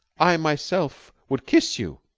i myself would kiss you,